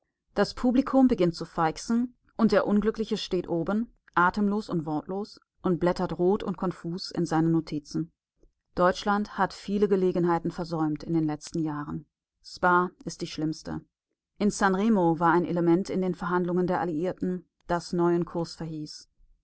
das publikum beginnt zu feixen und der unglückliche steht oben atemlos und wortlos und blättert rot und konfus in seinen notizen deutschland hat viele gelegenheiten versäumt in den letzten jahren spa ist die schlimmste in san remo war ein element in den verhandlungen der alliierten das neuen kurs verhieß